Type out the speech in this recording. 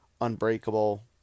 Unbreakable